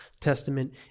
Testament